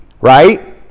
right